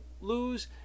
lose